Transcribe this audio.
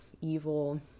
evil